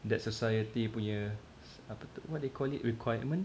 that society punya ape tu what do you call it requirement